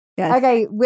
Okay